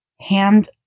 hand